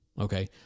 okay